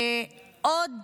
כשעוד